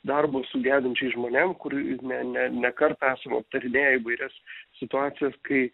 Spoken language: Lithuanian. darbo su gedinčiais žmonėm kur ne ne ne kartą esam aptarinėję įvairias situacijas kai